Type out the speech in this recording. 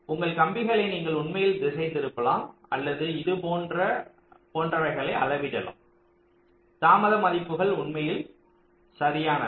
உங்கள் கம்பிகளை நீங்கள் உண்மையில் திசைதிருப்பலாம் அல்லது இது போன்ற களை அளவிடலாம் தாமத மதிப்புகள் உண்மையில் சரியானவை